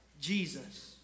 Jesus